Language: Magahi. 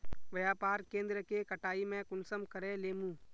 व्यापार केन्द्र के कटाई में कुंसम करे लेमु?